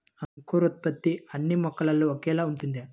అంకురోత్పత్తి అన్నీ మొక్కల్లో ఒకేలా ఉంటుందా?